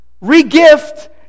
Re-gift